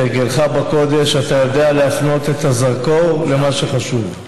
כהרגלך בקודש אתה יודע להפנות את הזרקור על מה שחשוב.